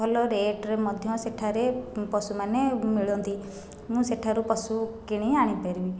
ଭଲ ରେଟ୍ରେ ମଧ୍ୟ ସେଠାରେ ପଶୁମାନେ ମିଳନ୍ତି ମୁଁ ସେଠାରୁ ପଶୁ କିଣି ଆଣିପାରିବି